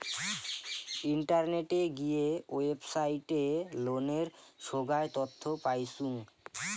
ইন্টারনেটে গিয়ে ওয়েবসাইটে লোনের সোগায় তথ্য পাইচুঙ